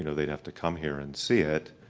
you know they'd have to come here and see it.